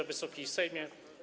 Wysoki Sejmie!